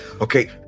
okay